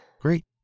Great